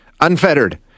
unfettered